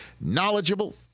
knowledgeable